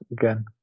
again